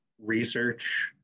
research